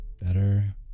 better